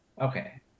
Okay